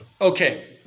Okay